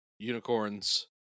unicorns